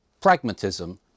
pragmatism